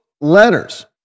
letters